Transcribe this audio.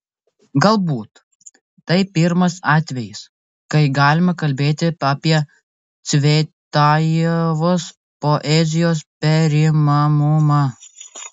galbūt tai pirmas atvejis kai galima kalbėti apie cvetajevos poezijos perimamumą